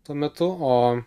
tuo metu o